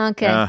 Okay